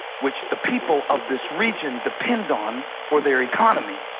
which the people of this region depend on for their economy,